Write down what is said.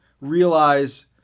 realize